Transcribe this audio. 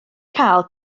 cael